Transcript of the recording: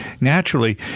naturally